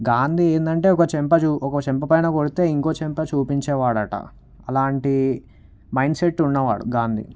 గాందీ ఏందంటే ఒక చెంప ఒక చెంప పైన కొడితే ఇంకో చెంప చూపించే వాడట అలాంటి మైండ్ సెట్ ఉన్నవాడు గాంధీ